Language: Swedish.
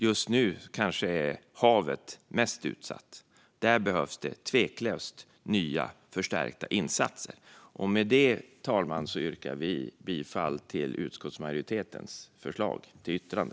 Just nu kanske havet är mest utsatt. Där behövs det tveklöst nya och förstärkta insatser. Med det, herr talman, yrkar jag bifall till utskottsmajoritetens förslag till yttrande.